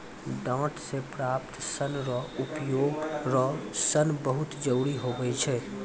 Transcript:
डांट से प्राप्त सन रो उपयोग रो सन बहुत जरुरी हुवै छै